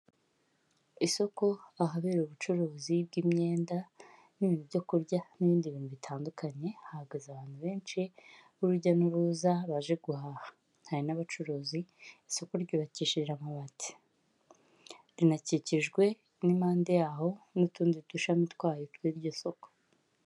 Isoko ahabera ubucuruzi bw'imyenda n'byo kurya n'ibindi bintu bitandukanye, hahagaze abantu benshi b'urujya n'uruza baje guhaha hari n'abacuruzi. isoko ryubakishije amabati rinakikijwe n'impande yaho n'utundi dushami twayo tw'iryo soko.